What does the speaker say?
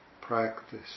practice